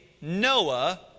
Noah